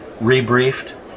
rebriefed